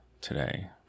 today